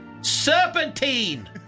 Serpentine